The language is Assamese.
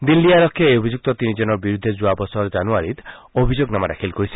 দিল্লী আৰক্ষীয়ে এই অভিযুক্ত তিনিজনৰ বিৰুদ্ধে যোৱা বছৰ জানুৱাৰীত অভিযোগনামা দাখিল কৰিছিল